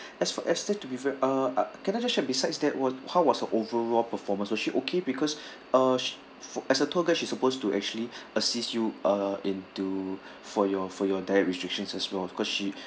as for esther to be very uh can I just check besides that was how was the overall performance was she okay because uh sh~ for as a tour guide she's supposed to actually assist you uh into for your for your diet restrictions as well as because she